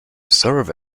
serve